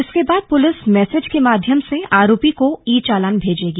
इसके बाद police message के माध्यम से आरोपी को ई चालान भेजेगी